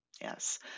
yes